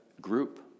group